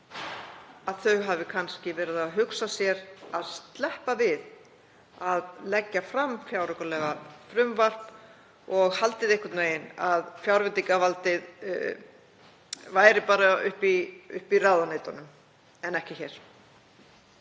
að þau hafi kannski verið að hugsa sér að sleppa við að leggja fram fjáraukalagafrumvarp og haldið einhvern veginn að fjárveitingavaldið væri bara upp í ráðuneytunum en ekki hér?